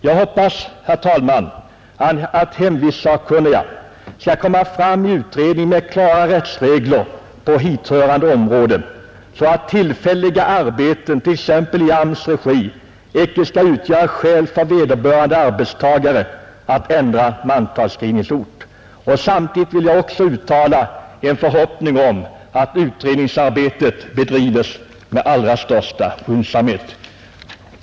Jag hoppas, herr talman, att hemvistsakkunniga i utredningen skall lägga fram klara rättsregler på hithörande område, så att tillfälliga arbeten t.ex. i AMS:s regi icke skall utgöra skäl för vederbörande arbetstagare att ändra mantalsskrivningsort. Samtidigt vill jag också uttala en förhoppning om att utredningsarbetet bedrivs med största skyndsamhet.